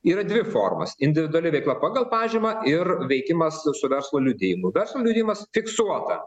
yra dvi formos individuali veikla pagal pažymą ir veikimas su verslo liudijimu verslo liudijimas fiksuotą